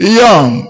young